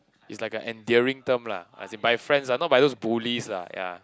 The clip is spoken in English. it's like an enduring term lah as in by friends lah not by those bullies lah ya